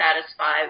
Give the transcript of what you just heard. satisfy